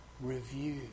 review